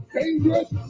dangerous